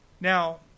Now